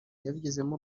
yabigizemo